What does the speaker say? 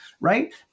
right